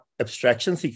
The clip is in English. abstraction